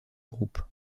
groupe